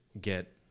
get